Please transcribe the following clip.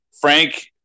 Frank